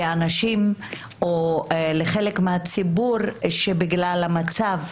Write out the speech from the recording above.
לאנשים או לחלק מהציבור שבגלל המצב,